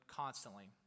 constantly